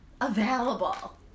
available